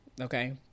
okay